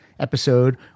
episode